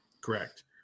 Correct